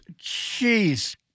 Jeez